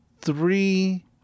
three